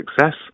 success